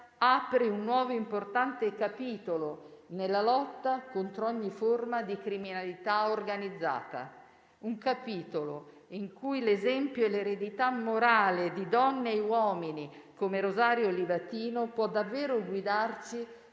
apre un nuovo importante capitolo nella lotta contro ogni forma di criminalità organizzata. Un capitolo in cui l'esempio e l'eredità morale di donne e uomini come Rosario Livatino può davvero guidarci